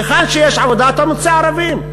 היכן שיש עבודה אתה מוצא ערבים.